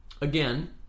again